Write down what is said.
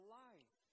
life